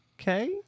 Okay